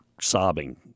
sobbing